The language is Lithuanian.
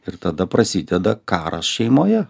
ir tada prasideda karas šeimoje